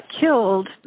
killed